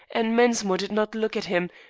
and mensmore did not look at him,